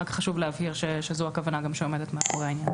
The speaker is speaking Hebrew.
רק חשוב להבהיר שזוהי הכוונה שעומדת מאחורי העניין.